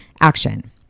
action